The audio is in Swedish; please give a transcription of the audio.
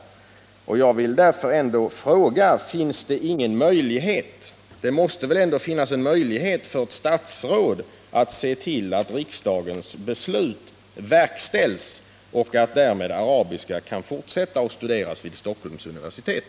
Därför vill jag fråga: Finns det ingen möjlighet för ett statsråd att se till att riksdagens beslut verkställs och att därmed arabiska också i fortsättningen kan studeras vid Stockholms universitet?